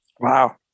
Wow